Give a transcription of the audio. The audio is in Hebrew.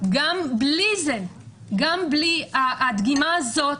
גם בלי הדגימה הזאת,